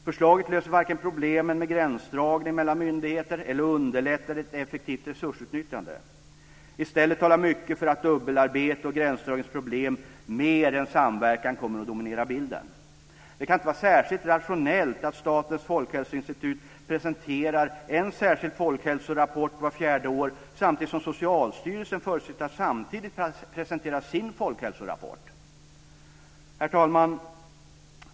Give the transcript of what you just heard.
Förslaget varken löser problemen med gränsdragning mellan myndigheter eller underlättar ett effektivt resursutnyttjande. I stället talar mycket för att dubbelarbete och gränsdragningsproblem mer än samverkan kommer att dominera bilden. Det kan inte vara särskilt rationellt att Statens folkhälsoinstitut presenterar en särskild folkhälsorapport vart fjärde år samtidigt som Socialstyrelsen förutsätts presentera sin folkhälsorapport. Herr talman!